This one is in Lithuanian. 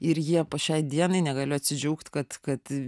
ir jie po šiai dienai negaliu atsidžiaugt kad kad